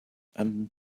and